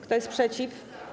Kto jest przeciw?